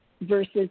versus